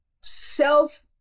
self